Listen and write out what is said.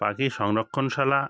পাখি সংরক্ষণশালা